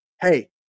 hey